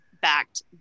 backed